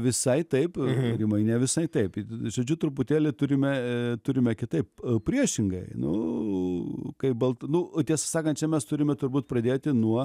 visai taip rimai ne visai taip i i žodžiu truputėlį turime e turime kitaip priešingai nu kai balt nu tiesą sakant čia mes turime turbūt pradėti nuo